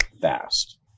fast